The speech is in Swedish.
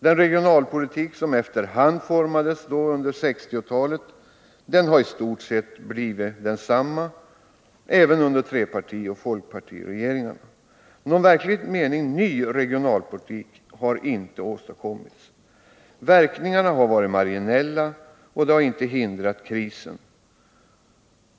Den regionalpolitik som efter hand formades under 1960-talet har i stort sett förblivit densamma även under trepartioch folkpartiregeringarna. Någon i verklig mening ny regionalpolitik har inte åstadkommits, utan verkningarna har varit marginella, och de har inte hindrat krisen.